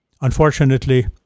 Unfortunately